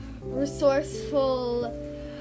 resourceful